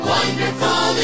Wonderful